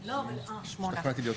בהתחלה.